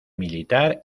militar